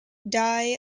die